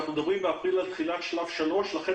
באפריל אנחנו מדברים על תחילת שלב 3. לכן